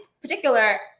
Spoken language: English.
particular